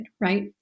right